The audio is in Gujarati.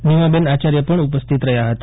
નીમાબેન આચાર્ય પણ ઉપસ્થિત રહ્યા હતા